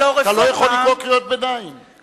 אני לא יכול לקרוא לך "חבר כנסת" כי אתה שר.